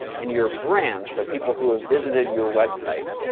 and your brand. so people who have visited your website,